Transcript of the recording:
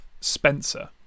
Spencer